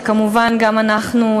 שכמובן גם אנחנו,